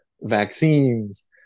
vaccines